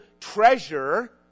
treasure